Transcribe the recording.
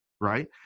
right